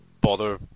bother